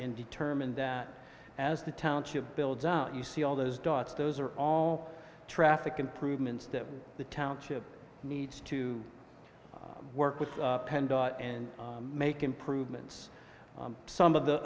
and determined that as the township builds out you see all those dots those are all traffic improvements that the township needs to work with pen and make improvements some of the